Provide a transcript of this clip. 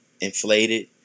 inflated